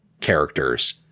characters